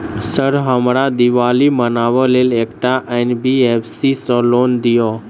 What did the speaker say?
Sir हमरा दिवाली मनावे लेल एकटा एन.बी.एफ.सी सऽ लोन दिअउ?